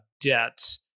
debt